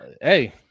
Hey